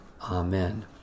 Amen